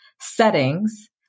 settings